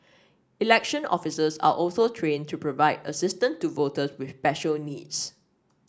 election officers are also trained to provide assistance to voters with special needs